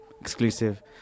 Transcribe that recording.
exclusive